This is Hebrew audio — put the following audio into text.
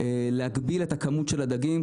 להגביל את כמות הדגים.